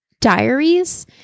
diaries